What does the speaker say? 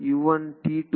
plus ಏನು